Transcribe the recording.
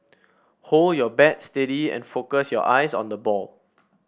hold your bat steady and focus your eyes on the ball